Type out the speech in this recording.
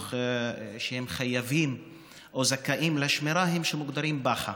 שהם חייבים או זכאים לשמירה הם כאלה שמוגדרים פח"ע.